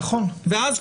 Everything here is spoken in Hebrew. ואז,